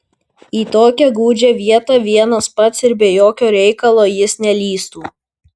į tokią gūdžią vietą vienas pats ir be jokio reikalo jis nelįstų